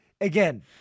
again